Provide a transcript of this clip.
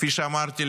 כפי שאמרתי,